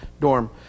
dorm